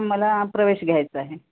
मला प्रवेश घ्यायचा आहे